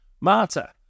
Marta